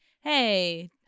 hey